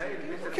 שעון הקיץ.